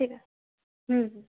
ঠিক আছে হুম হুম